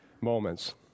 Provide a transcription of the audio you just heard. moments